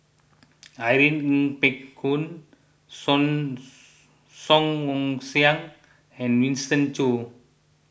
Irene Ng Phek Hoong Song Song Ong Siang and Winston Choos